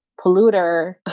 polluter